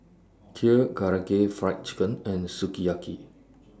Kheer Karaage Fried Chicken and Sukiyaki